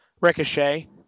Ricochet